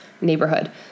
neighborhood